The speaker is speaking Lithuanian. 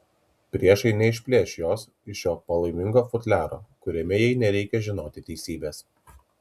priešai neišplėš jos iš šio palaimingo futliaro kuriame jai nereikia žinoti teisybės